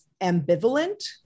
ambivalent